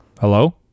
Hello